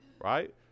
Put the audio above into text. Right